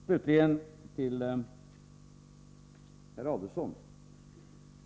Slutligen några ord till herr Adelsohn.